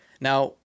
now